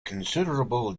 considerable